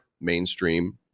mainstream